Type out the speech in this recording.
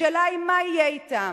השאלה היא, מה יהיה אתם?